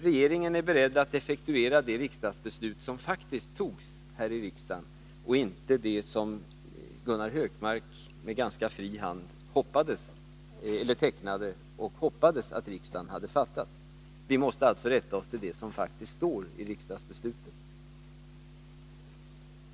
Regeringen är beredd att effektuera det riksdagsbeslut som faktiskt togs här i riksdagen och inte det som Gunnar Hökmark med ganska fri hand tecknade och hoppades att riksdagen hade fattat. Vi måste rätta oss efter det som faktiskt står i riksdagsbeslutet.